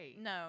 No